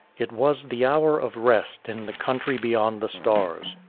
it was the hour of rest in the country beyond the stars.